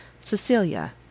Cecilia